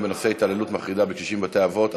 בנושא: התעללות מחרידה בקשישים בבתי-אבות,